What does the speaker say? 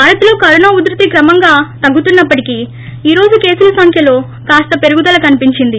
భారత్లో కరోనా ఉద్యతి క్రమంగా తగ్గుతున్న ప్పటికీ ఈ రోజు కేసుల సంఖ్యలో కాస్త పెరుగుదల కనిపించింది